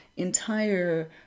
Entire